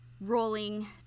rolling